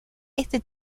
este